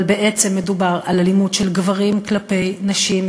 אבל בעצם מדובר על אלימות של גברים כלפי נשים,